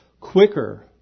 quicker